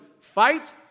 fight